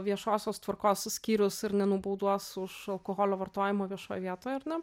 viešosios tvarkos skyrius ir nenubauduos už alkoholio vartojimą viešoj vietoj ar ne